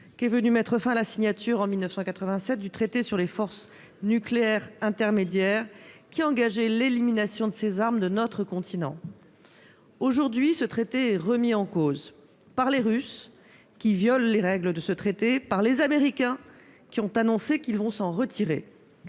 qu'est venue mettre fin la signature, en 1987, du traité sur les forces nucléaires à portée intermédiaire, qui engageait l'élimination de ces armes de notre continent. Aujourd'hui, ce traité est remis en cause par les Russes qui en violent les règles et par les Américains qui annoncent vouloir s'en retirer.